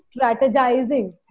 strategizing